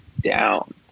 down